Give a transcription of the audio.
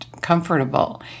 comfortable